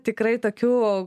tikrai tokių